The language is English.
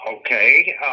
Okay